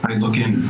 and look in.